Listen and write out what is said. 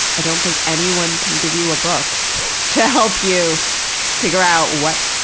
i don't think anyone can give you a book to help you figure out what,